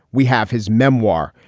we have his memoir.